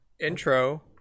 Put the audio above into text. intro